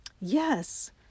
Yes